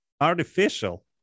artificial